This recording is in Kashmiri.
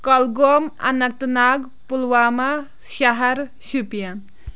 کۄلگوم اننت ناگ پُلوامہ شہر شُپیَن